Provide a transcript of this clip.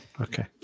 Okay